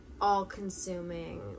all-consuming